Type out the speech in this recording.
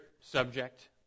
subject